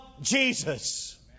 Jesus